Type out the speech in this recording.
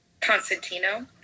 constantino